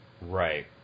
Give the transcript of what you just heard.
right